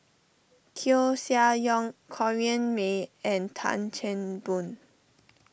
Koeh Sia Yong Corrinne May and Tan Chan Boon